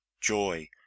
joy